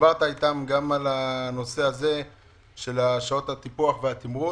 ודיברת איתם גם על שעות הטיפוח והתמרוץ.